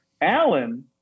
Alan